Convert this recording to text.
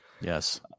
Yes